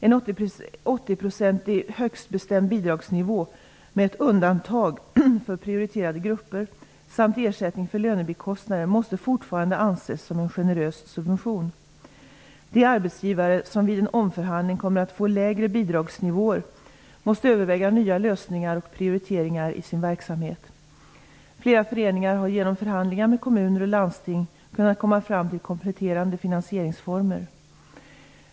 En 80 % högstbestämd bidragsnivå, med ett undantag för prioriterade grupper, samt ersättning för lönebikostnader måste fortfarande anses som en generös subvention. De arbetsgivare som vid en omförhandling kommer att få lägre bidragsnivåer måste överväga nya lösningar och prioriteringar i sin verksamhet. Flera föreningar har genom förhandlingar med kommuner och landsting kunnat komma fram till kompletterande finansieringsformer.